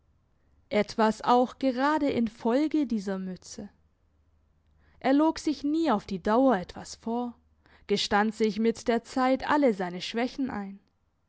etwas auch gerade infolge dieser mütze er log sich nie auf die dauer etwas vor gestand sich mit der zeit alle seine schwächen ein